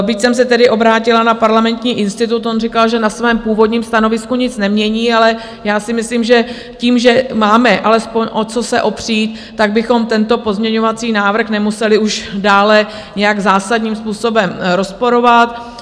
Byť jsem se obrátila na Parlamentní institut, on říkal, že na svém původním stanovisku nic nemění, ale já si myslím, že tím, že máme alespoň o co se opřít, tak bychom tento pozměňovací návrh nemuseli už dále nějak zásadním způsobem rozporovat.